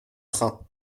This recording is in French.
train